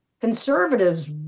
conservatives